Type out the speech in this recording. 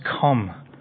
come